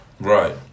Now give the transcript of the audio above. Right